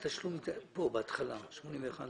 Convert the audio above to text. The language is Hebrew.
הצבעה בעד פה אחד סעיף 76